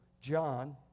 John